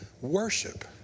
worship